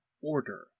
order